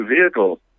vehicle